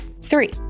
Three